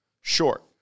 short